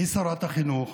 משרת החינוך